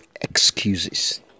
excuses